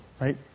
right